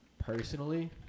personally